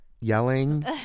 yelling